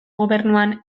gobernuan